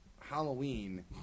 Halloween